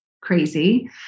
crazy